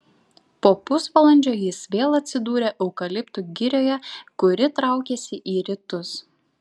po pusvalandžio jis vėl atsidūrė eukaliptų girioje kuri traukėsi į rytus